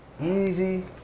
Easy